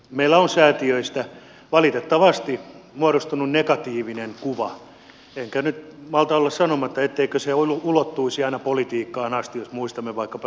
meillä on säätiöistä valitettavasti muodostunut negatiivinen kuva enkä nyt malta olla sanomatta etteikö se ulottuisi aina politiikkaan asti jos muistamme vaikkapa nuorisosäätiön tapahtumat